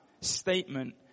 statement